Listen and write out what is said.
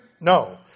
No